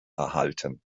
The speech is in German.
erhalten